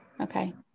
Okay